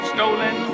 Stolen